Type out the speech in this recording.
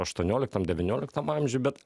aštuonioliktam devynioliktam amžiuj bet